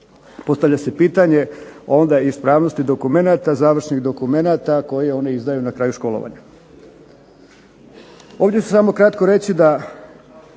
Postavlja se pitanje onda ispravnosti dokumenata, završnih dokumenata koje oni izdaju na kraju školovanja. Ovdje ću samo kratko reći da